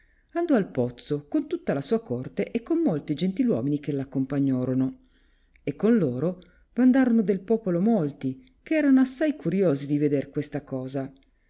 andò al pozzo con tutta la sua corte e con molti gentil uomini che l'accompagnorono e con loro v'andarono del popolo molti che erano assai curiosi di veder questa cosa